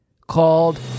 called